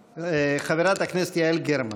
חברת הכנסת יעל גרמן.